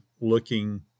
looking